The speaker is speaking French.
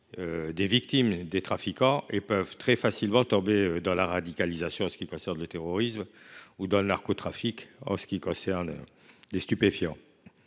les victimes des trafiquants – vous le savez bien. Ils peuvent très facilement tomber dans la radicalisation, en ce qui concerne le terrorisme, ou dans le narcotrafic, en ce qui concerne les stupéfiants.